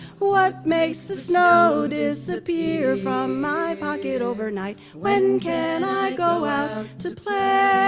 what makes the snow disappear from my pocket overnight? when can i go out to play?